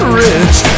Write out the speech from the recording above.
rich